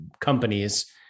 Companies